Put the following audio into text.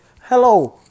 Hello